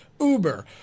Uber